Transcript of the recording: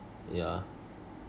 yeah